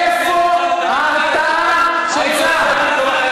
איפה ההרתעה של צה"ל?